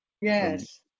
yes